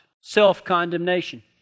Self-condemnation